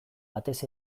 batez